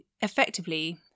effectively